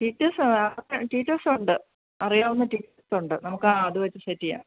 teachers ആ teachers ഉണ്ട് അറിയാവുന്ന ടീച്ചേർസ് ഉണ്ട് നമുക്ക് ആ ആ അത് വെച്ചിട്ട് സെറ്റ് ചെയ്യാം